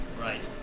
Right